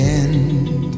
end